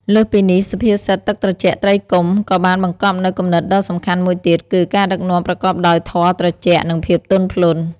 លើសពីនេះ សុភាសិត ទឹកត្រជាក់ ត្រីកុំ ក៏បានបង្កប់នូវគំនិតដ៏សំខាន់មួយទៀតគឺ ការដឹកនាំប្រកបដោយធម៌ត្រជាក់ និងភាពទន់ភ្លន់។